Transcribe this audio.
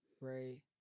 right